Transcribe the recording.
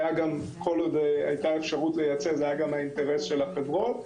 כל עוד הייתה אפשרות לייצא זה גם היה האינטרס של החברות,